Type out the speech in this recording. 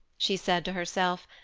she said to herself,